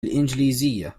الإنجليزية